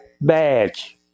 badge